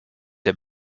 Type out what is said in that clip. der